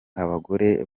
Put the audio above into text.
abagore